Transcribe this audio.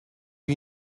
you